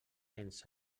ens